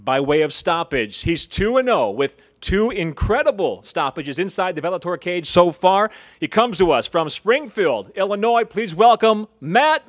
by way of stoppage he's two window with two incredible stoppages inside the military cage so far he comes to us from springfield illinois please welcome matt